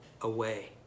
away